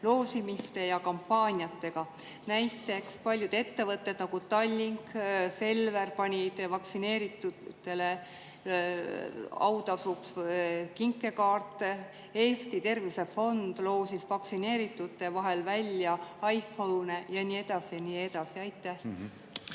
loosimiste ja kampaaniatega? Näiteks paljud ettevõtted, nagu Tallink ja Selver, panid vaktsineeritutele autasuks välja kinkekaarte, Eesti Tervise Fond loosis vaktsineeritute vahel välja iPhone'e ja nii edasi ja nii edasi. Aitäh,